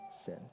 sin